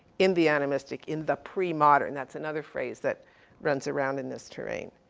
in the animistic, in the pre-modern. that's another phrase that runs around in this terrain.